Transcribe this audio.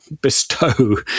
bestow